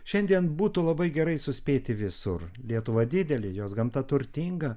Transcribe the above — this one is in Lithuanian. šiandien būtų labai gerai suspėti visur lietuva didelė jos gamta turtinga